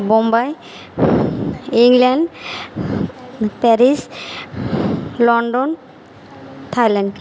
Bombay England Paris London Thailand